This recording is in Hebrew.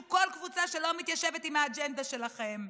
כל קבוצה שלא מתיישבת עם האג'נדה שלכם.